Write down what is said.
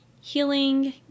healing